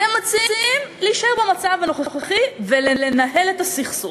אתם מציעים להישאר במצב הנוכחי ו"לנהל את הסכסוך".